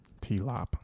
T-Lop